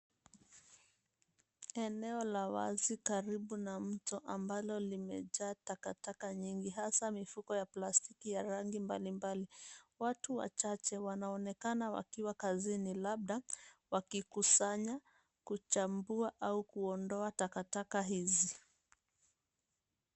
Eneo la wazi karibu na mto ambalo limejaa takataka nyingi. Hasa mifuko ya plastiki ya rangi mbalimbali. Watu wachache wanaonekana wakiwa kazini labda wakikusanya, kuchambua au kuondoa takataka hizi.